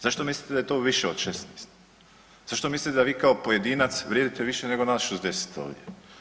Zašto mislite da je to više od 16, zašto mislite da vi kao pojedinac vrijedite više nego nas 60 ovdje?